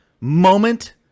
moment